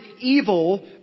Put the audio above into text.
evil